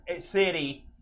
city